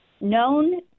known